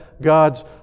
God's